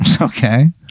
okay